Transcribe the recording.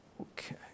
Okay